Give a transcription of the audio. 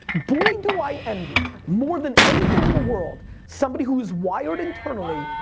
boy do i envy, more than anything in the world, somebody who is wired internally,